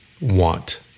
want